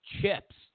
chips